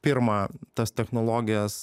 pirma tas technologijas